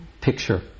picture